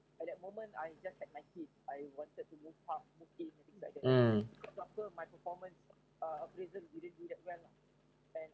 mm